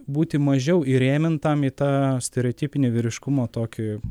būti mažiau įrėmintam į tą stereotipinį vyriškumo tokį